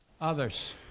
Others